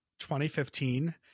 2015